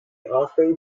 offspring